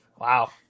Wow